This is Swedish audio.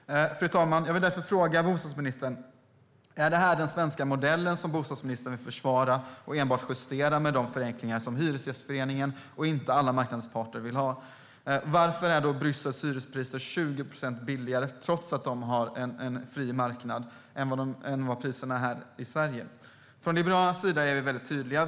Fru talman! Jag vill därför fråga bostadsministern: Är detta den svenska modell som du vill försvara och enbart justera med de förenklingar som Hyresgästföreningen, men inte alla marknadens parter, vill ha? Varför är Bryssels hyrespriser 20 procent lägre än i Sverige, trots att de har en fri marknad? Från Liberalernas sida är vi väldigt tydliga.